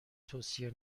توصیه